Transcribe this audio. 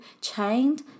chained